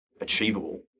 achievable